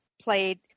played –